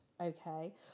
okay